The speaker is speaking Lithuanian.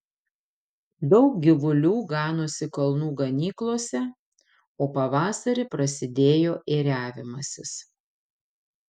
daug gyvulių ganosi kalnų ganyklose o pavasarį prasidėjo ėriavimasis